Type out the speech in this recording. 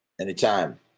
Anytime